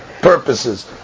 purposes